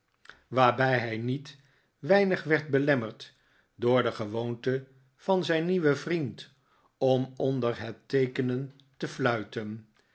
waarbij hij niet weinig werd belemmerd door de gewoonte van zijn nieuwen vriend om onder het teekenen te fluiten